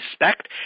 respect